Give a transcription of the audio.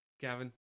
Gavin